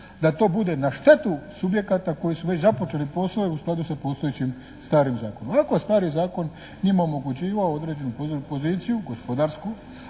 da to bude na štetu subjekata koji su već započeli posao i u skladu sa postojećim starim zakonom. Ako je stari zakon njima omogućivao određenu poziciju gospodarsku